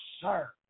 sir